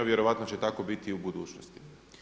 Vjerojatno će tako biti i u budućnosti.